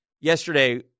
yesterday